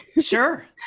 Sure